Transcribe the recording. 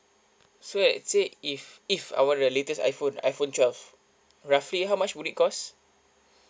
so let's say if if I want the latest iphone iphone twelve roughly how much would it cost